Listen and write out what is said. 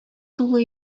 тулы